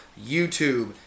YouTube